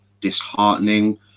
disheartening